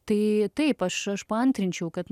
tai taip aš aš paantrinčiau kad